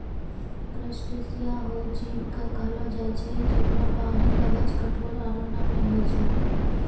crustacea हो जीव कॅ कहलो जाय छै जेकरो बाहरी कवच कठोर आरो नम्य होय छै